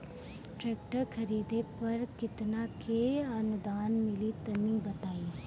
Tractor खरीदे पर कितना के अनुदान मिली तनि बताई?